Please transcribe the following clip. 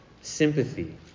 sympathy